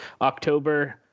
October